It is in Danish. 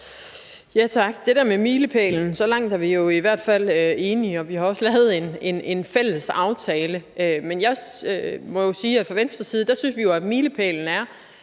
Tak. Til det der med milepælen: Så langt er vi jo i hvert fald enige. Og vi har også lavet en fælles aftale. Men jeg må jo sige, at fra Venstres side synes vi jo, at milepælen er,